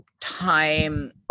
time